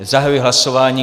Zahajuji hlasování.